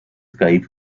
gave